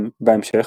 בהמשך,